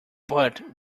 but